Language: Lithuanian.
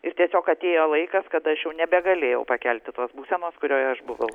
ir tiesiog atėjo laikas kad aš jau nebegalėjau pakelti tos būsenos kurioje aš buvau